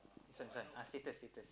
this one this one ah status status